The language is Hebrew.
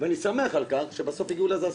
וחשוב גם שיושב-ראש הוועדה והמנכ"ל יתייחסו לזה,